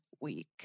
week